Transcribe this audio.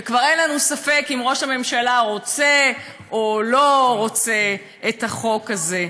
וכבר אין לנו ספק אם ראש הממשלה רוצה או לא רוצה את החוק הזה.